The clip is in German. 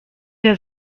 der